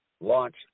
launch